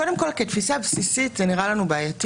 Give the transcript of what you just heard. קודם כול, כתפיסה בסיסית, זה נראה לנו בעייתי.